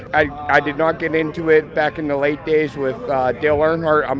i did not get into it back in the late days with dale earnhardt. um